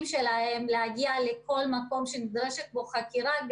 שלהם ולהגיע לכל מקום בו נדרשת חקירה.